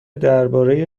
درباره